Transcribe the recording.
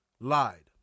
lied